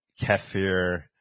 kefir